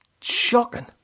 shocking